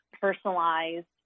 personalized